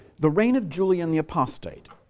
the reign of julian the apostate